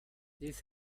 this